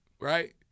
right